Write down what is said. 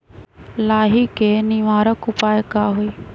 लाही के निवारक उपाय का होई?